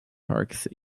parks